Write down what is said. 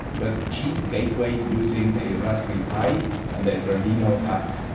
but cheap gateway using a raspberry pi and a dragino hat.